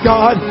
God